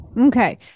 Okay